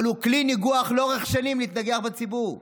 אבל זה כלי ניגוח לאורך שנים להתנגח בציבור.